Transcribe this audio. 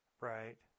Right